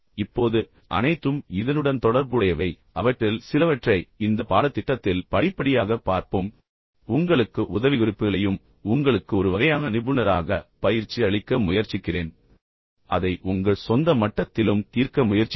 இப்போது அனைத்தும் இதனுடன் தொடர்புடையவை அவற்றில் சிலவற்றை இந்த பாடத்திட்டத்தில் படிப்படியாகப் பார்ப்போம் ஆனால் இப்போது அந்த நேரத்தில் நான் உங்களுக்கு உதவிக்குறிப்புகளை வழங்க முயற்சிக்கிறேன் பின்னர் உங்களுக்கு ஒரு வகையான நிபுணராக பயிற்சி அளிக்க முயற்சிக்கிறேன் அதை உங்கள் சொந்த மட்டத்திலும் தீர்க்க முயற்சிக்கவும்